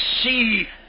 see